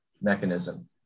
mechanism